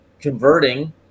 converting